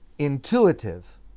intuitive